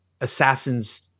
assassins